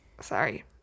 Sorry